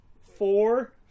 four